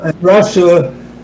Russia